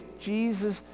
Jesus